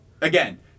again